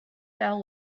fell